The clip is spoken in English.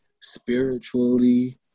spiritually